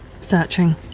Searching